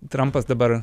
trampas dabar